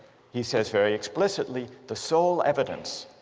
he says very explicitly the sole evidence,